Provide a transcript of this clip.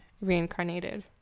reincarnated